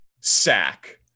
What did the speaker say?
sack